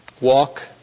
walk